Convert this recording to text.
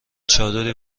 چادری